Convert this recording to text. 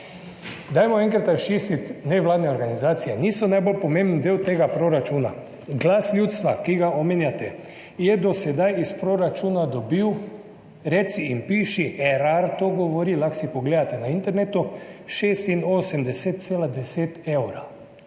Dajmo enkrat razčistiti. Nevladne organizacije niso najbolj pomemben del tega proračuna. Glas ljudstva, ki ga omenjate, je do sedaj iz proračuna dobil reci in piši, Erar to govori, lahko si pogledate na internetu, 86,10 evra.